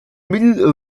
middle